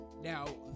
Now